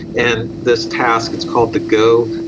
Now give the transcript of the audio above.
and this task, it's called the go,